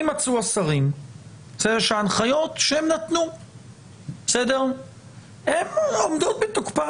אם מצאו השרים שההנחיות שהם נתנו הן עומדות בתוקפן".